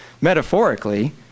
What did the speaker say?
metaphorically